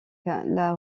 l’a